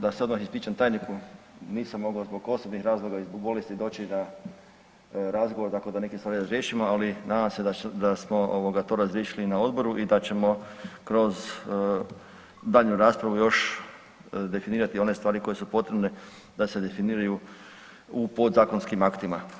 Da se odmah ispričam tajniku, nisam mogao zbog osobnih razloga i zbog bolesti doći na razgovor tako da neke stvari razriješimo, ali nadam se da smo to razriješili na odboru i da ćemo kroz daljnju raspravu još definirati one stvari koje su potrebne da se definiraju u podzakonskim aktima.